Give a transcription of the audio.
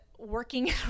working